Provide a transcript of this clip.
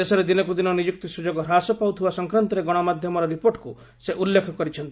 ଦେଶରେ ଦିନକୁ ଦିନ ନିଯୁକ୍ତି ସୁଯୋଗ ହ୍ରାସ ପାଉଥିବା ସଂକ୍ରାନ୍ତରେ ଗଣମାଧ୍ୟମର ରିପୋର୍ଟକୁ ସେ ଉଲ୍ଲେଖ କରିଛନ୍ତି